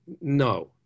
no